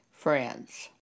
Friends